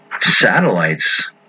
satellites